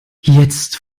jetzt